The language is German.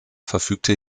verfügte